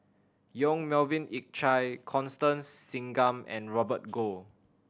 Yong Melvin Yik Chye Constance Singam and Robert Goh